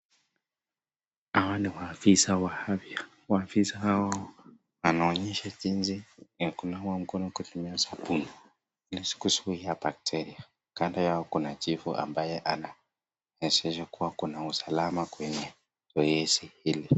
Hawa ni waafisa wa afya waafisa hawa wanaonyesha jinsi ya kunawa mkono kutumia sabuni ili kuzuia bakteria. Kando yao kuna chifu ambaye anawezasha kuwa kuna usalama kwenye zoezi hili.